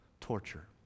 torture